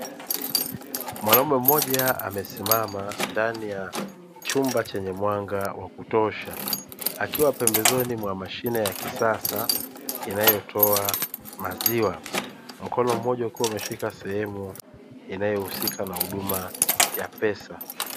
Mwanaume mmoja amesimama ndani ya chumba chenye mwanga wa kutosha akiwa pembezoni mwa mashine ya kisasa inayotoa maziwa, mkono mmoja ukiwa umeshika sehemu inayohusika na huduma ya pesa.